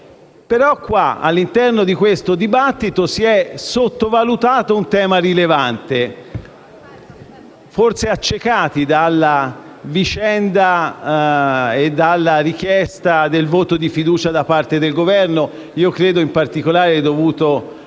Ma all'interno del dibattito si è sottovalutato un tema rilevante, forse accecati dalla vicenda e dalla richiesta del voto di fiducia da parte del Governo, credo dovuta in particolare alle